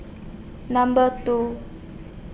Number two